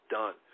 done